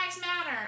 matter